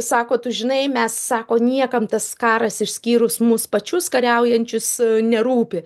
sako tu žinai mes sako niekam tas karas išskyrus mus pačius kariaujančius nerūpi